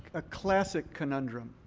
a classic conundrum,